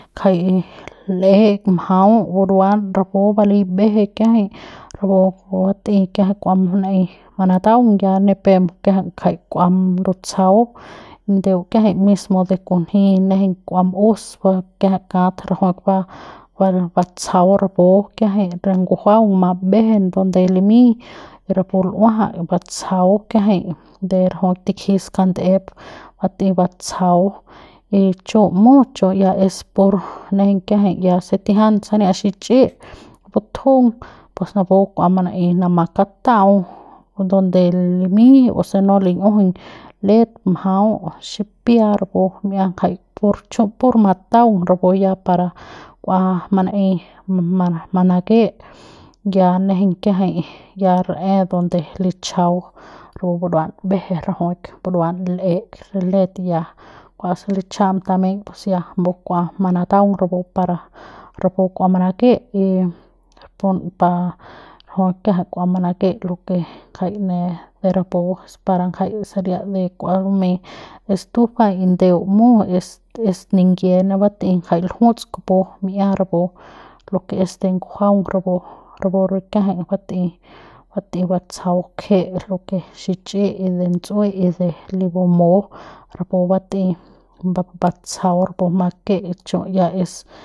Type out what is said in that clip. Ngjai l'e mjau buruan rapu balei mbeje kiajai rapu pu bat'ei kiajai kua manaei manataung ya ni pep kiajai ya jai kua lutsjau ndeu kiajai mismo e kunji nejeiñ kua ma'us ba kiajai kat rajuik ba ba batsjau rapu kiajai re ngujuaung ma mbejen donde limiñ rapu ljua'at batsjau kiajai de rajuik tikji skand'ep bat'ei batsjau y chu mut chubya es pur nejeiñ kiajai ya se tijian sania xichi'i butjung pus napu kua manaei manama kata'au donde limiñ o si linjiuiñ let mjau kua xipia rapu mi'ia ngjai pur chu pur mataung rapu ya para kua manaei ma manake ya nejeiñ ke kiajai ya rae donde lichjau rapu burua mbeje rajuik buruan l'eik re let ya kua se lichja'am tameiñ pus ya mbu kua mataung rapu para rapu kua manake y pun par rajuik kiajai kua manake lo ke ngjai ne rapu nda sania de kua lumei estufa y ndeu mu es es ningie ne bat'ei jai ljuts kupu mi'ia rapu lo ke es de ngujuaung rapu rapu re kiajai lanu'u bat'ei bat'ei batsjau kje lo ke xichi'i y de nts'ue y de li bumu rapu bat'ei ba batsjau rapu make chu' ya es.